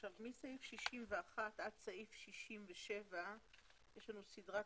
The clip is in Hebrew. מסעיף 51 עד סעיף 67 יש לנו סדרת